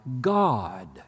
God